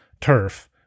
turf